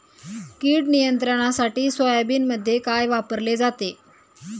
कीड नियंत्रणासाठी सोयाबीनमध्ये काय वापरले जाते?